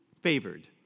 favored